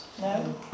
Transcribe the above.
No